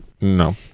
No